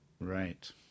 Right